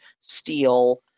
steal